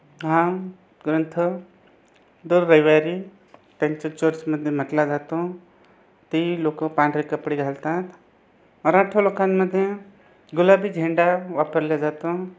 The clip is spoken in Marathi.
हां ग्रंथ दर रविवारी त्यांच्या चर्चमध्ये म्हटला जातो ती लोक पांढरे कपडे घालतात मराठा लोकांमध्ये गुलाबी झेंडा वापरल्या जातो